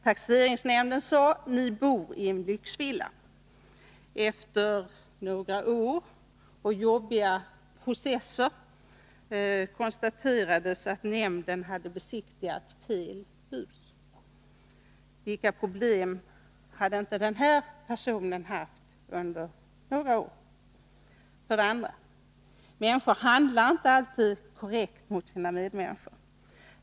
Taxeringsnämnden sade: Ni bor i en lyxvilla. Efter några år och efter jobbiga processer konstaterades att nämnden hade besiktigat fel hus. Vilka problem hade inte den aktuella personen haft under dessa år. För det andra: Människor handlar inte alltid korrekt mot sina medmänniskor.